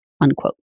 unquote